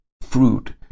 fruit